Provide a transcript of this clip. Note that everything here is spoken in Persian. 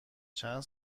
چند